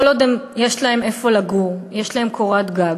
כל עוד יש להם איפה לגור, יש להם קורת גג,